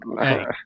hey